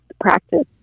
practice